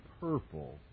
purple